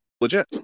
Legit